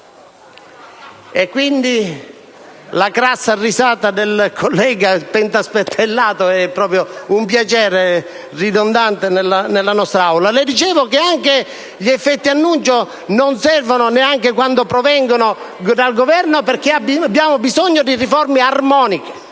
M5S).* La crassa risata del collega pentastellato è proprio un piacere, ridondante nella nostra Aula. Come dicevo, signor Presidente, gli effetti annuncio non servono, neanche quando provengono dal Governo, perché abbiamo bisogno di riforme armoniche.